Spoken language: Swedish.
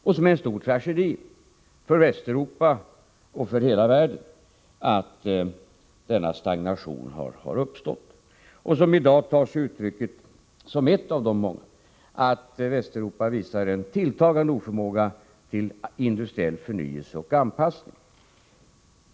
Och det är en stor tragedi för Västeuropa och för hela världen att denna stagnation har uppstått, som i dag är ett av många skäl till att Västeuropa visar en tilltagande oförmåga till industriell förnyelse och anpassning.